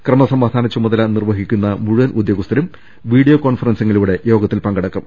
ക്രമസമാധാന ചുമതല നിർവ്വ ഹിക്കുന്ന മുഴുവൻ ഉദ്യോഗസ്ഥരും വീഡിയോ കോൺഫറൻസിങ്ങി ലൂടെ യോഗത്തിൽ പങ്കെടുക്കും